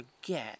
forget